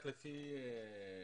לפי הכנסה.